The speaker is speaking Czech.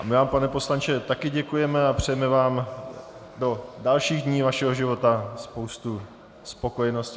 My vám, pane poslanče, také děkujeme a přejeme vám do dalších dní vašeho života spoustu spokojenosti.